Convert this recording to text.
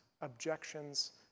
objections